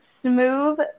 smooth